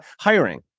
hiring